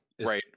right